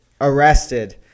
arrested